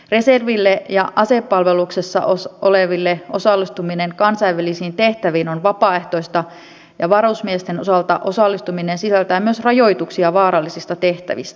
reserville ja asepalveluksessa oleville osallistuminen kansainvälisiin tehtäviin on vapaaehtoista ja varusmiesten osalta osallistuminen sisältää myös rajoituksia vaarallisista tehtävistä